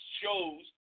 shows